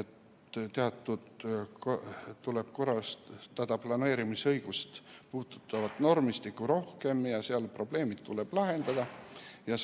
et tuleb korrastada planeerimisõigust puudutavat normistikku rohkem ja seal tuleb probleemid lahendada,